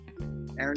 Aaron